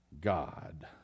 God